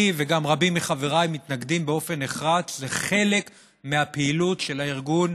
אני וגם רבים מחבריי מתנגדים באופן נחרץ לחלק מהפעילות של הארגון,